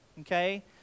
Okay